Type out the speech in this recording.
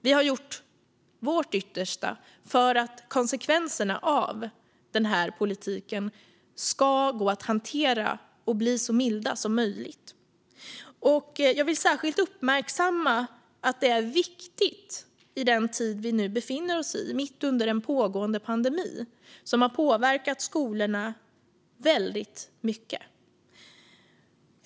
Vi har gjort vårt yttersta för att konsekvenserna av den här politiken ska gå att hantera och bli så milda som möjligt. Jag vill särskilt uppmärksamma att detta är viktigt i den tid vi nu befinner oss i, mitt under en pågående pandemi som har påverkat skolorna väldigt mycket.